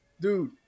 dude